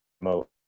remote